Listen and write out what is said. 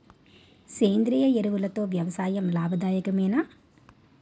సేంద్రీయ ఎరువులతో వ్యవసాయం లాభదాయకమేనా?